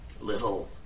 little